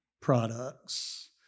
products